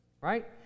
right